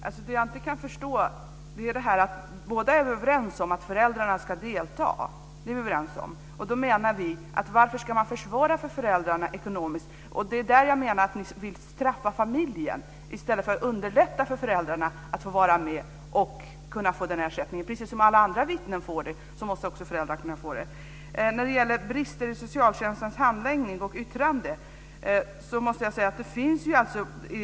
Fru talman! Jag kan inte förstå följande. Vi är båda överens om att föräldrarna ska delta. Då undrar vi varför det ekonomiskt ska försvåras för föräldrarna. Ni vill straffa familjen i stället för att underlätta för föräldrarna att få vara med, dvs. få ersättning. Precis som alla andra vittnen kan få det ska föräldrar också kunna få det. Sedan var det frågan om brister i socialtjänstens handläggning och yttranden.